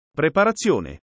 preparazione